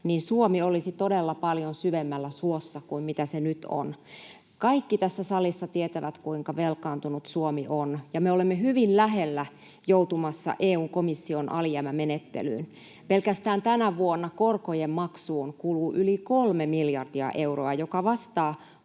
Suomi olisi todella paljon syvemmällä suossa kuin mitä se nyt on. Kaikki tässä salissa tietävät, kuinka velkaantunut Suomi on, ja me olemme hyvin lähellä joutumista EU:n komission alijäämämenettelyyn. Pelkästään tänä vuonna korkojen maksuun kuluu yli kolme miljardia euroa, joka vastaa